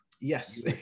Yes